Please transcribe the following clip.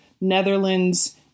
Netherlands